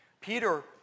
Peter